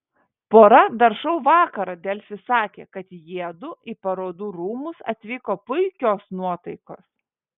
pora dar šou vakarą delfi sakė kad jiedu į parodų rūmus atvyko puikios nuotaikos